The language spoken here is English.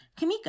Kamika